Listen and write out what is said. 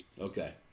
Okay